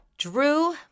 Drew